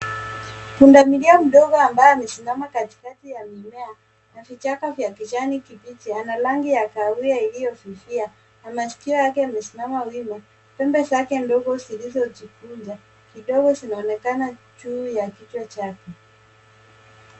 Punda milia mdogo, ambaye amesimama katikati ya mimea na vichaka vya kijani kibichi, ana rangi ya kahawia iliyofifia na masikio yake yamesimama wima. Pembe zake ndogo zilizojikunjwa kidogo zinaonekana juu ya kichwa chake.